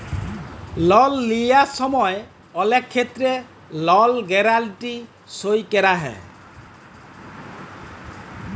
লল লিয়ার সময় অলেক ক্ষেত্রে লল গ্যারাল্টি সই ক্যরা হ্যয়